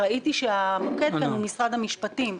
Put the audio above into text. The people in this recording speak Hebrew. ראיתי שהמוקד כאן הוא משרד המשפטים.